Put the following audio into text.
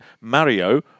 Mario